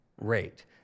rate